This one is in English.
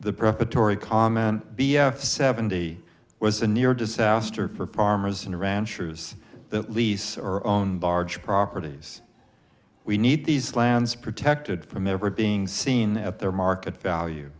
the proper tory comment b f seventy was a near disaster for farmers and ranchers that lease or own barge properties we need these lands protected from ever being seen at their market value